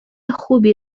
خوبی